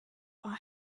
are